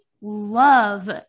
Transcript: love